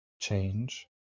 change